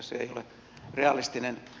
se ei ole realistinen